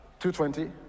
2.20